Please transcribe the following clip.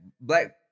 Black